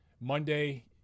Monday